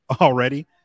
already